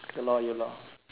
ya lor ya lor